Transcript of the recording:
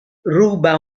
ruba